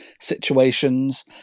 situations